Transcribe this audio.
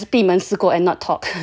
like just 闭门思过 and not talk